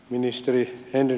arvoisa puhemies